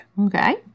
Okay